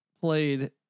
played